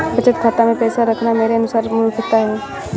बचत खाता मैं पैसा रखना मेरे अनुसार मूर्खता है